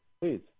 please